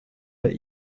bei